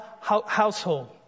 household